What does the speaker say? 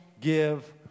give